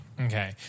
Okay